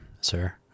sir